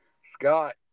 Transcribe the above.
scott